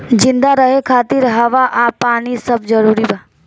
जिंदा रहे खातिर हवा आ पानी सब जरूरी बा